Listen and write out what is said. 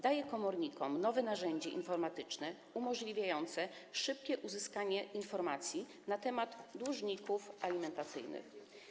Daje komornikom nowe narzędzie informatyczne, umożliwiające szybkie uzyskanie informacji na temat dłużników alimentacyjnych.